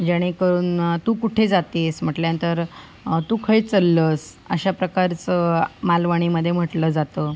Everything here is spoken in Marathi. जेणेकरून तू कुठे जाते आहेस म्हटल्यानंतर तू खय चल्लस अशा प्रकारचं मालवणीमध्ये म्हटलं जातं